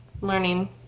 learning